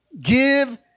give